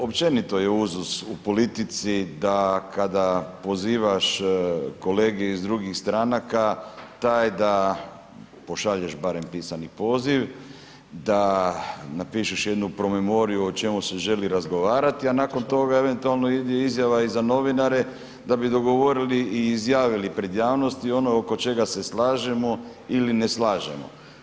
Općenito je u politici da kada pozivaš kolege iz drugih stranaka taj da pošalješ barem pisani poziv, da napišeš jednu promemoriju o čemu se želi razgovarati, a nakon toga eventualno ide izjava i za novinare da bi dogovorili i izjavili pred javnosti ono oko čega se slažemo ili ne slažemo.